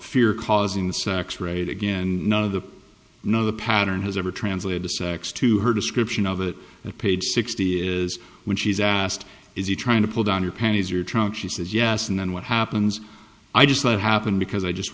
fear causing the sex trade again none of the know the pattern has ever translated to sex to her description of it that page sixty is when she's asked is he trying to pull down your panties or trunk she says yes and then what happens i just let happen because i just